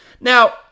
Now